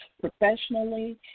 professionally